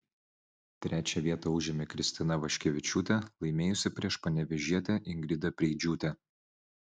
trečią vietą užėmė kristina vaškevičiūtė laimėjusi prieš panevėžietę ingridą preidžiūtę